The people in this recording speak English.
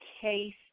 case